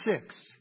six